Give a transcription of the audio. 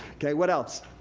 okay, what else?